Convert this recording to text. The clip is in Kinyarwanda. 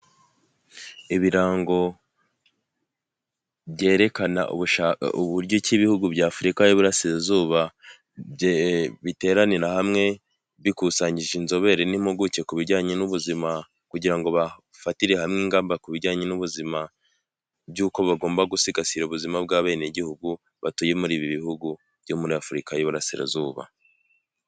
Ibirango byerekana uburyo cyi ibihugu by'afurika y'iburasirazuba biteranira hamwe bikusanyije inzobere n'impuguke ku bijyanye n'ubuzima kugira ngo bafatire hamwe ingamba ku bijyanye n'ubuzima by'uko bagomba gusigasira ubuzima bw'abenegihugu batuye muri ibi bihugu byo muri afurika y'iburasirazuba.